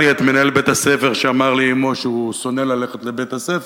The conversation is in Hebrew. את מנהל בית-הספר שאמר לאמו שהוא שונא ללכת לבית-הספר,